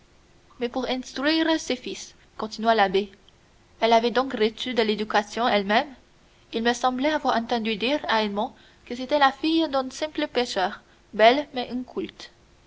mais pour instruire ce fils continua l'abbé elle avait donc reçu de l'éducation elle-même il me semblait avoir entendu dire à edmond que c'était la fille d'un simple pêcheur belle mais